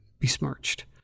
besmirched